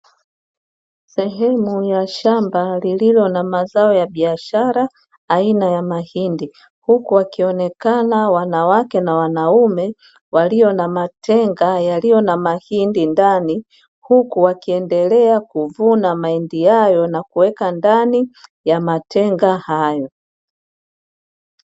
Sehemu ya shamba lililo na mazao ya biashara aina ya mahindi, huku wakionekana wanawake na wanaume walio na matenga yaliyo na mahindi ndani, huku wakiendelea kuvuna mahindi hayo na kuweka ndani ya matenga hayo.